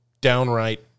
downright